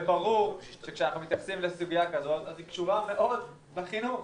ברור שכאשר אנחנו מתייחסים לסוגיה כזאת אז היא קשורה מאוד בחינוך,